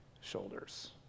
shoulders